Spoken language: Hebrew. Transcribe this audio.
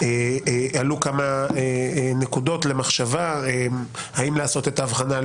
עלו כמה נקודות למחשבה האם לעשות את ההבחנה על